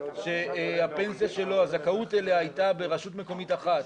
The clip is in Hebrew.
שהזכאות לפנסיה שלו הייתה ברשות מקומית אחת